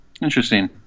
Interesting